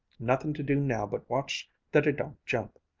nothin' to do now but watch that it don't jump.